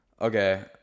okay